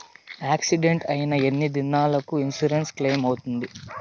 Accident అయిన ఎన్ని దినాలకు ఇన్సూరెన్సు క్లెయిమ్ అవుతుంది?